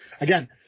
Again